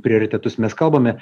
prioritetus mes kalbame